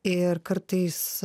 ir kartais